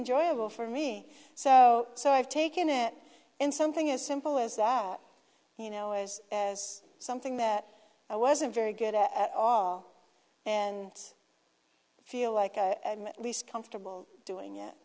enjoyable for me so so i've taken it in something as simple as that you know as something that i wasn't very good at all and feel like at least comfortable doing